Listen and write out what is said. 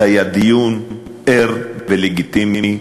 זה היה דיון ער ולגיטימי,